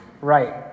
Right